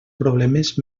problemes